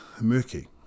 murky